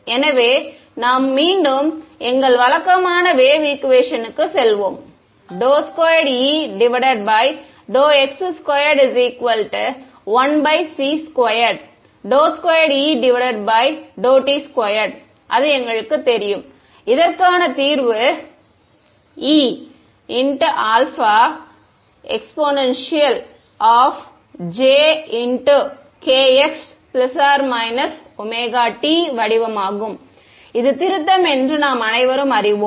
எனவே நாம் மீண்டும் எங்கள் வழக்கமான வேவ் ஈக்குவேஷனுக்கு செல்வோம் ∂2E∂x2 1c2∂2E∂t2 அது எங்களுக்குத் தெரியும் இதற்கான தீர்வு E𝛂 ej வடிவமாகும் இது திருத்தம் என்று நாம் அனைவரும் அறிவோம்